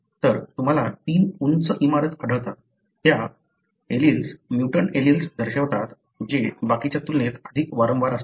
तर तुम्हाला 3 उंच इमारती आढळतात त्या एलील्स म्युटंट एलील्स दर्शवतात जे बाकीच्या तुलनेत अधिक वारंवार असतात